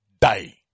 die